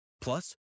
Plus